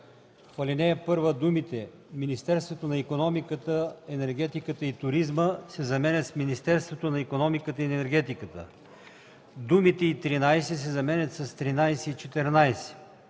В ал. 1 думите „Министерството на икономиката, енергетиката и туризма” се заменят с „Министерството на икономиката и енергетиката”, думите „и 13” се заменят с „13 и 14”